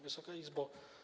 Wysoka Izbo!